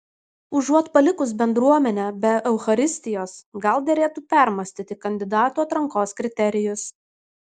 užuot palikus bendruomenę be eucharistijos gal derėtų permąstyti kandidatų atrankos kriterijus